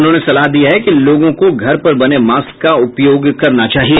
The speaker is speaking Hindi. उन्होंने सलाह दी है कि लोगों को घर पर बने मास्क का उपयोग करना चाहिए